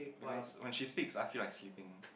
because when she speaks I feel like sleeping